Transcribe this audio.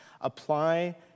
Apply